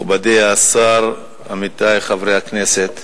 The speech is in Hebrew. מכובדי השר, עמיתי חברי הכנסת,